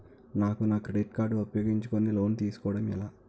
నాకు నా credit card ఉపయోగించుకుని లోన్ తిస్కోడం ఎలా?